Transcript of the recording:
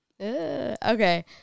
Okay